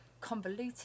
convoluted